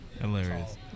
Hilarious